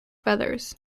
feathers